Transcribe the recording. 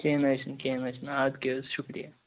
کیٚنٛہہ نہَ حظ چھُ نہٕ کیٚنٛہہ نہَ حظ چھُ نہٕ اَدٕ کیٛاہ حظ شُکریہ